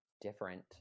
different